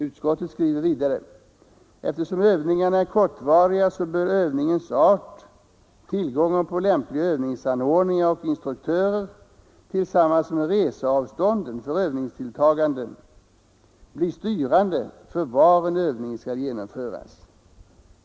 Utskottet skriver vidare: ”Eftersom övningarna är kortvariga bör övningens art, tillgången på lämpliga övningsanordningar och instruktörer tillsammans med reseavstånden för övningsdeltagarna bli styrande för var en övning skall genomföras.